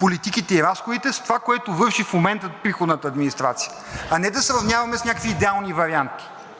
политиките и разходите с това, което върши в момента приходната администрация, а не да сравняваме с някакви идеални варианти.